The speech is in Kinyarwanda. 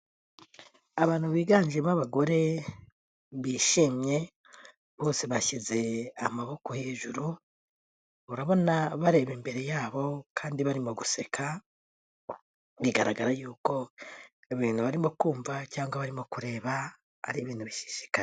Abantu biganjemo abagore bishimye, bose bashyize amaboko hejuru, urabona bareba imbere yabo kandi barimo guseka, bigaragara yuko ibintu barimo kumva cyangwa barimo kureba ari ibintu bishishikaje.